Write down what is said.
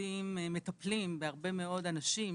מטפלים בהרבה מאוד אנשים,